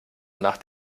nach